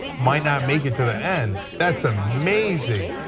might not make it to the end, that's amazing.